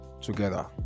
together